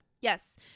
yes